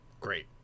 great